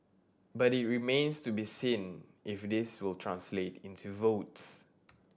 but it remains to be seen if this will translate into votes